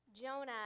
Jonah